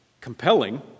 compelling